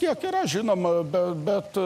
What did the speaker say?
kiek yra žinoma be bet